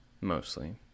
mostly